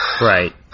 Right